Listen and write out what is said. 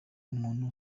umuntu